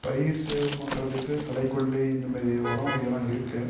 பயிர் சேவ் பண்றதுக்கு களைக்கொல்லி இந்தமாதிரி உரம் வகைகள்லாம் இருக்குது